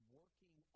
working